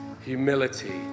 humility